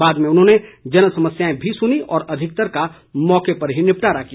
बाद में उन्होंने जनसमस्याएं भी सुनीं और अधिकतर का मौके पर ही निपटारा किया